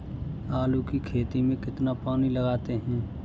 आलू की खेती में कितना पानी लगाते हैं?